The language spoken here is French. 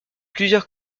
plusieurs